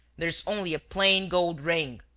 there is only a plain gold ring.